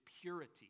purity